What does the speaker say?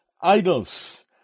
idols